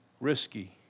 Risky